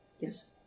Yes